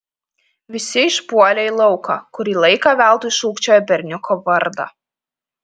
visi išpuolė į lauką kurį laiką veltui šūkčiojo berniuko vardą